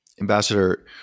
ambassador